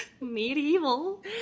Medieval